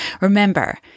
Remember